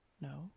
No